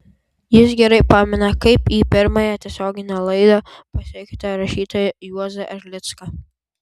jis gerai pamena kaip į pirmąją tiesioginę laidą pasikvietė rašytoją juozą erlicką